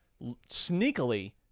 Sneakily